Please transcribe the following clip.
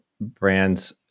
brands